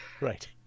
Right